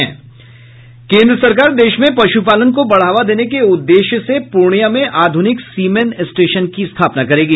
केन्द्र सरकार देश में पशुपालन को बढ़ावा देने के उद्देश्य से पूर्णिया में आधुनिक सीमेन स्टेशन की स्थापना करेगी